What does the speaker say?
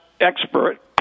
expert